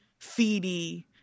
feedy